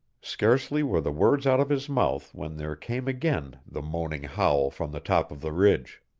scarcely were the words out of his mouth when there came again the moaning howl from the top of the ridge.